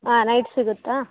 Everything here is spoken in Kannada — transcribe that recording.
ಹಾಂ ನೈಟ್ ಸಿಗುತ್ತಾ